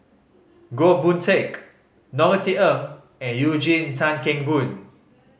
Goh Boon Teck Norothy Ng and Eugene Tan Kheng Boon